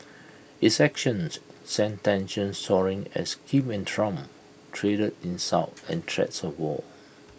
its actions sent tensions soaring as Kim and Trump traded insults and threats of war